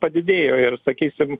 padidėjo ir sakysim